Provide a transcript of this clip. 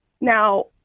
Now